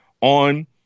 on